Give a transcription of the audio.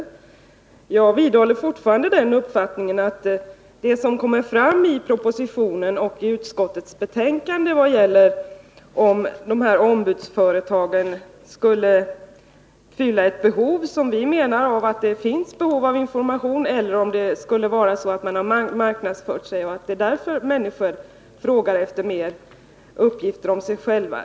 Men jag vidhåller uppfattningen att det inte framgår av propositionen eller av utskottets betänkande om ombudsföretagen fyller ett faktiskt behov av information— ett behov som vi menar finns — eller om det är så att man har marknadsfört sig så att fler människor av den anledningen frågar efter uppgifter om sig själva.